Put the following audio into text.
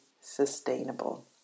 sustainable